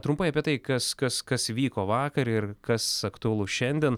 trumpai apie tai kas kas kas įvyko vakar ir kas aktualu šiandien